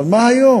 אבל מה היום?